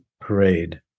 parade